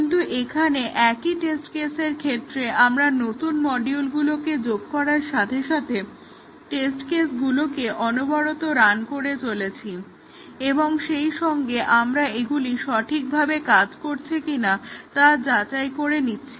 কিন্তু এখানে একই টেস্ট কেসের ক্ষেত্রে আমরা নতুন মডিউলগুলোকে যোগ করার সাথে সাথে টেস্ট কেসগুলোকে অনবরত রান করে চলেছি এবং সেইসঙ্গে আমরা এগুলি সঠিকভাবে কাজ করছে কিনা তা যাচাই করে নিচ্ছি